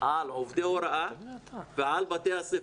על עובדי הוראה ועל בתי הספר.